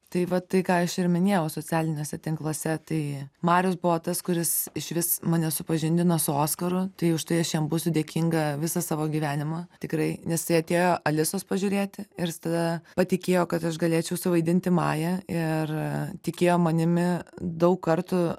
tai va tai ką aš ir minėjau socialiniuose tinkluose tai marius buvo tas kuris išvis mane supažindino su oskaru tai už tai aš jam būsiu dėkinga visą savo gyvenimą tikrai nes tai atėjo alisos pažiūrėti ir jis tada patikėjo kad aš galėčiau suvaidinti mają ir tikėjo manimi daug kartų